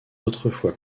autrefois